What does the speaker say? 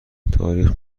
تاریخ